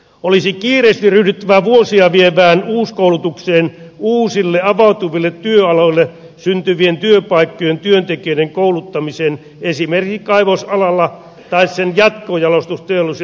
olisi kiireesti ryhdyttävä vuosia vievään uuskoulutukseen uusille avautuville työaloille syntyvien työpaikkojen työntekijöiden kouluttamiseen esimerkiksi kaivosalalla tai sen jatkojalostusteollisuuden tarpeisiin